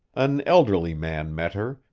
an elderly man met her,